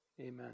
Amen